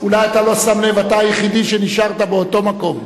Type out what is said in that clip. אולי אתה לא שם לב, אתה היחיד שנשאר באותו מקום.